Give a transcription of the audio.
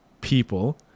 people